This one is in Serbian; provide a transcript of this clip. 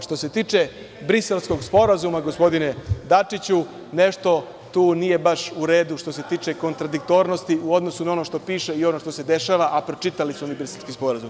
Što se tiče Briselskog sporazuma, gospodine Dačiću, nešto tu nije baš u redu što se tiče kontradiktornosti u odnosu na ono što piše i ono što se dešava, a pročitali smo mi Briselski sporazum.